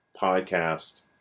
podcast